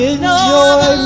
Enjoy